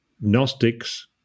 Gnostics